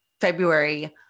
February